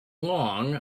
long